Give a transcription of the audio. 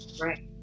Right